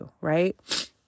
right